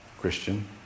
Christian